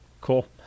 Cool